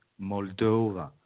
Moldova